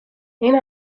این